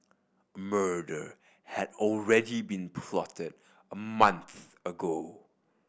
murder had already been plotted a month ago